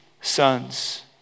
sons